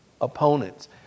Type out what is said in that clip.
opponents